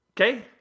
Okay